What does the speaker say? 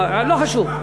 לא חשוב.